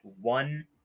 one